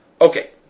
Okay